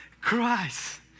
Christ